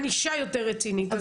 ענישה יותר רצינית.